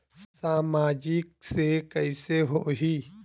सामाजिक से कइसे होही?